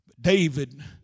David